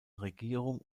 regierung